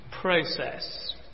process